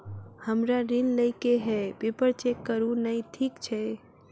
हमरा ऋण लई केँ हय पेपर चेक करू नै ठीक छई?